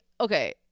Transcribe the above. okay